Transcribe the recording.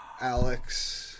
Alex